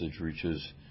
reaches